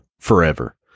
forever